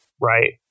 right